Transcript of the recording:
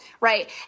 right